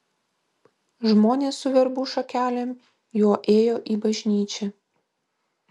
žmonės su verbų šakelėm juo ėjo į bažnyčią